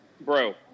Bro